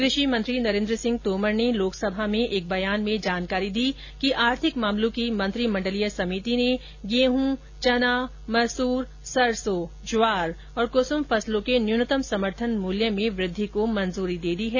कृषि मंत्री नरेंद्र सिंह तोमर ने लोकसभा में एक बयान में जानकारी दी कि आर्थिक मामलों की मंत्रिमंडलीय समिति ने गेहूं चना मसूर सरसों ज्वार और कुसुम फसलों के न्यूनतम समर्थन मूल्य में वृद्धि को मंजूरी दी है